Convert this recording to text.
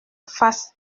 face